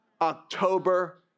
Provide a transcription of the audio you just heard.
October